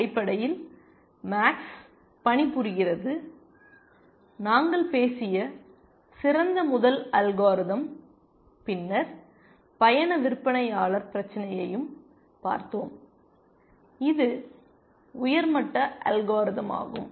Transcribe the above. அடிப்படையில் மேக்ஸ் பணிபுரிகிறது நாங்கள் பேசிய சிறந்த முதல் அல்காரிதம் பின்னர் பயண விற்பனையாளர் பிரச்சினையையும் பார்த்தோம் இது உயர்மட்ட அல்காரிதமாகும்